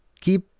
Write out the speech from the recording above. keep